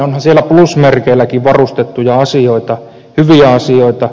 onhan siellä plusmerkeilläkin varustettuja asioita hyviä asioita